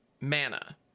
mana